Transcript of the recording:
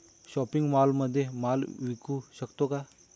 Shopping मॉलमध्ये माल विकू शकतो का?